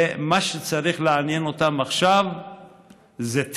מה שצריך לעניין אותם עכשיו היא טבריה.